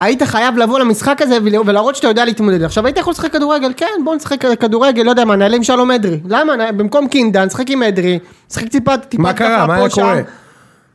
היית חייב לבוא למשחק הזה ולהראות שאתה יודע להתמודד. עכשיו, היית יכול לשחק כדורגל, כן בוא נשחק כדורגל, לא יודע מה, נעלה עם שלום אדרי, במקום קינדן שחק עם אדרי, שחק טיפה ככה, מה קורה?